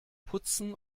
putzen